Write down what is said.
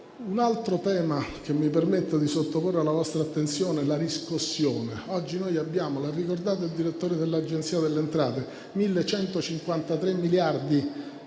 un altro tema che mi permetto di sottoporre alla vostra attenzione, che è quello della riscossione. Oggi abbiamo - l'ha ricordato il direttore dell'Agenzia delle entrate - 1.153 miliardi